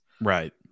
Right